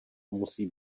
musí